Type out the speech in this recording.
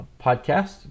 podcast